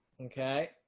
Okay